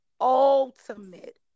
ultimate